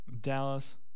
Dallas